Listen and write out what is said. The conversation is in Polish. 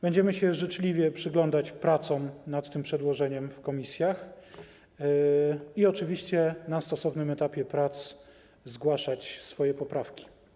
Będziemy życzliwie przyglądać się pracom nad tym przedłożeniem w komisjach i oczywiście na stosownym etapie prac zgłaszać poprawki.